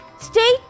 Stay